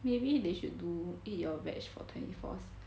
maybe they should do eat your veggie for twenty four se~